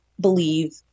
believe